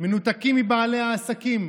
מנותקים מבעלי העסקים,